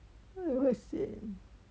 哪里会 sian